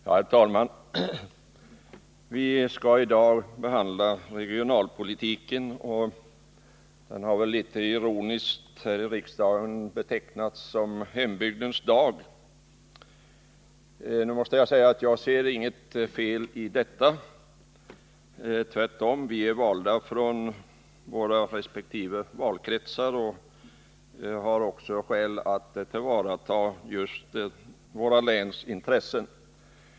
Herr talman! Vi skall i dag behandla regionalpolitiken. Den har litet ironiskt här i riksdagen betecknats som Hembygdens dag. Jag måste säga att jag inte ser något fel i det. Tvärtom har vi, efter att ha valts i de olika valkretsarna, skyldighet att tillvarata våra läns intressen.